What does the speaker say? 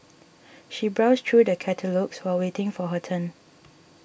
she browsed through the catalogues while waiting for her turn